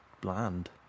bland